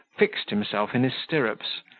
fixed himself in his stirrups,